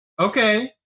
Okay